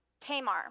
Tamar